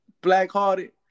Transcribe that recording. black-hearted